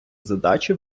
задачі